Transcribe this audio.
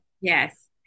Yes